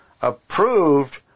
approved